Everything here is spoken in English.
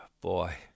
Boy